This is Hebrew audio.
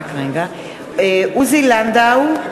(קוראת בשמות חברי הכנסת) עוזי לנדאו,